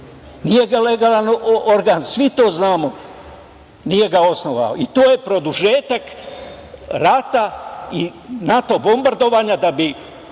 Nije ga legalan organ, svi to znamo, osnovao. To je produžetak rata i NATO bombardovanja da bi